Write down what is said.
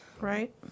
Right